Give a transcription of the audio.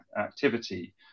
activity